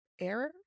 error